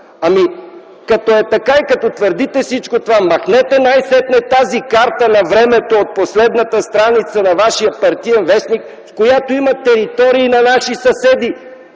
като е така и щом твърдите всичко това, махнете най-сетне тази карта на времето от последната страница на вашия партиен вестник, в която има територии на наши съседи.